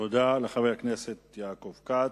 תודה לחבר הכנסת יעקב כץ.